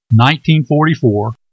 1944